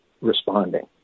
responding